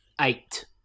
eight